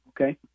Okay